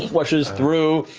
whooshes through.